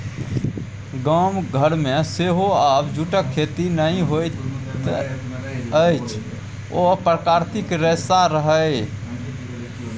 गाम घरमे सेहो आब जूटक खेती नहि होइत अछि ओ प्राकृतिक रेशा रहय